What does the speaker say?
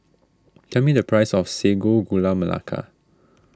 tell me the price of Sago Gula Melaka